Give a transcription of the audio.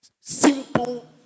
simple